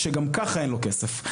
כשגם ככה אין לו כסף.